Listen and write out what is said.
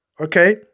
Okay